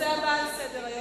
תהיה הצבעה.